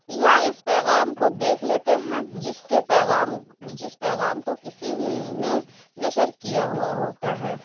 یا اس پیغام کو دیکھ لیتے ہیں جس کے پیغام جس پیغام کو کسی نے نشر کیا ہوا ہوتا ہے